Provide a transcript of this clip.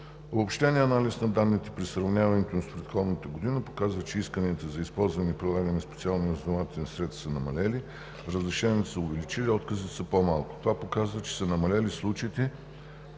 Обобщеният анализ на данните при сравняването им с предходната година показва, че исканията за използване и прилагане на специални разузнавателни средства са намалели, разрешенията са се увеличили и отказите са по-малко. Това показва, че са намалели случаите,